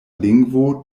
lingvo